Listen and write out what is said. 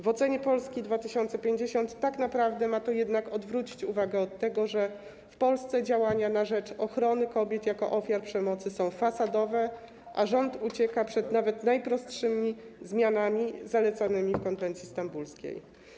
W ocenie Polski 2050 tak naprawdę ma to jednak odwrócić uwagę od tego, że w Polsce działania na rzecz ochrony kobiet jako ofiar przemocy są fasadowe, a rząd ucieka przed nawet najprostszymi zmianami zalecanymi w konwencji stambulskiej.